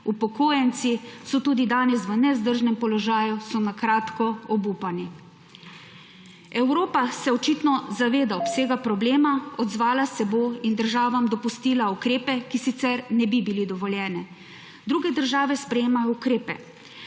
upokojenci, so tudi danes v nevzdržnem položaju, so obupani. Evropa se očitno zaveda obsega problema. Odzvala se bo in državam dopustila ukrepe, ki sicer ne bi bili dovoljeni. Druge države sprejemajo ukrepe.